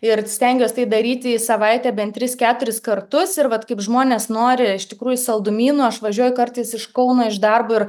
ir stengiuos tai daryti į savaitę bent tris keturis kartus ir vat kaip žmonės nori iš tikrųjų saldumynų aš važiuoju kartais iš kauno iš darbo ir